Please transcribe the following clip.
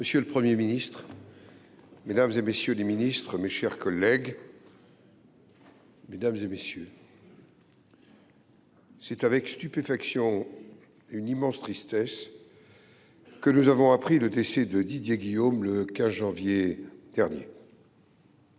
Monsieur le Premier ministre, mesdames, messieurs les ministres, mes chers collègues, mesdames, messieurs, c’est avec stupéfaction et une tristesse immense que nous avons appris le décès de Didier Guillaume le 15 janvier dernier.